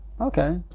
Okay